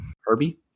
Herbie